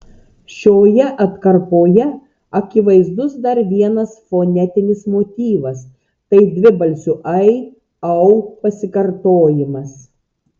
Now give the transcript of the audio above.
šioje atkarpoje akivaizdus dar vienas fonetinis motyvas tai dvibalsių ai au pasikartojimas